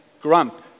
grump